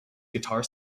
guitar